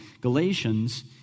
Galatians